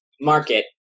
market